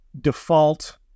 default